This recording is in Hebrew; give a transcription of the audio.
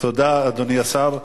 תודה, אדוני השר.